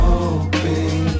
Hoping